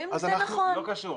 זה לא קשור.